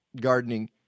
gardening